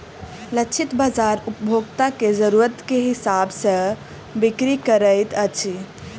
लक्षित बाजार उपभोक्ता के जरुरत के हिसाब सॅ बिक्री करैत अछि